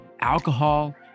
alcohol